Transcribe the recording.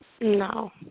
No